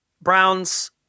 Browns